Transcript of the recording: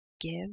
give